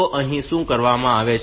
તો અહીં શું કરવામાં આવે છે